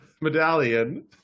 medallion